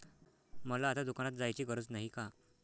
मला आता दुकानात जायची गरज नाही का?